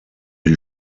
die